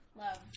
love